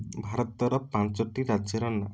ଭାରତର ପାଞ୍ଚୋଟି ରାଜ୍ୟର ନାଁ